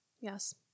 yes